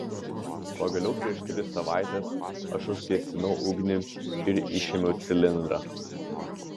pagaliau prieš tris savaites aš užgesinau ugnį ir išėmiau cilindrą